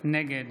נגד